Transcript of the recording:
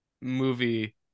movie